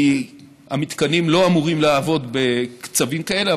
כי המתקנים לא אמורים לעבוד בקצבים כאלה,